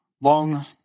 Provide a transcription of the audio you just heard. long